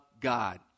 God